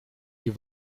die